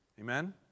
Amen